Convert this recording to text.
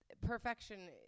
Perfection